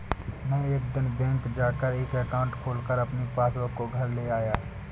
मै एक दिन बैंक जा कर एक एकाउंट खोलकर अपनी पासबुक को घर ले आया